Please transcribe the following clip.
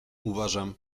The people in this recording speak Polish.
uważam